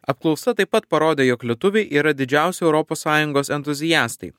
apklausa taip pat parodė jog lietuviai yra didžiausi europos sąjungos entuziastai